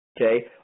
okay